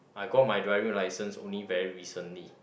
I got my driving license only very recently